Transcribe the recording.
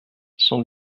cent